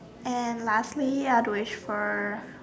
and lastly I wish for